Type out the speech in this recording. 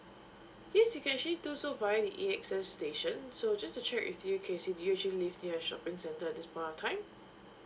yes you can actually do so via the A_X_S station so just to check with kesy do you actually live near the shopping centre at this point of time